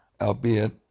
albeit